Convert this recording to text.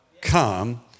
come